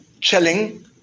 Chilling